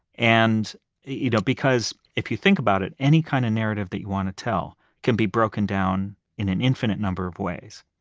and you know because if you think about it, any kind of narrative that you want to tell can be broken down in an infinite number of ways.